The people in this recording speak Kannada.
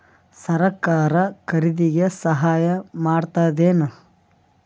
ಸರಕಾರ ಖರೀದಿಗೆ ಸಹಾಯ ಮಾಡ್ತದೇನು?